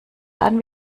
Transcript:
dann